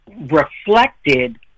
reflected